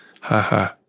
haha